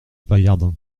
paillardin